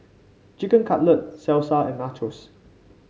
Chicken Cutlet Salsa and Nachos